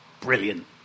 brilliant